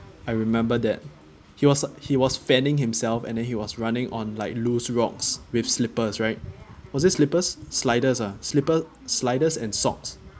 I remember that he was he was fanning himself and then he was running on like loose rocks with slippers right was it slippers sliders ah slipper sliders and socks